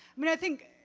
i mean i think,